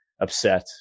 upset